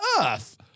Earth